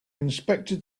inspected